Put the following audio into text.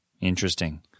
Interesting